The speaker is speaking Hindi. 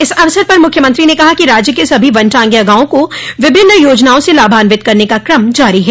इस अवसर पर मुख्यमंत्री ने कहा कि राज्य के सभी वनटांगिया गाँवों को विभिन्न योजनाओं से लाभान्वित करने का क्रम जारी है